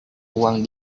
uang